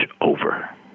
over